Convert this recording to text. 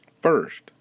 First